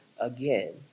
again